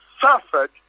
suffered